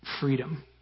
Freedom